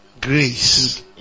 grace